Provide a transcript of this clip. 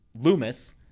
Loomis